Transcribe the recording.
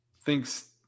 thinks